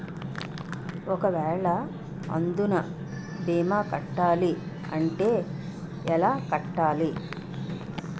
ఒక వేల అందునా భీమా కట్టాలి అంటే ఎలా కట్టాలి?